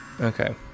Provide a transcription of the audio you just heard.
Okay